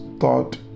thought